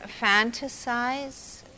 fantasize